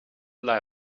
lie